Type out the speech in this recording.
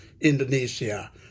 Indonesia